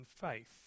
faith